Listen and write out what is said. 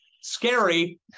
Scary